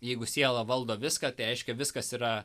jeigu siela valdo viską tai reiškia viskas yra